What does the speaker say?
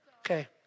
Okay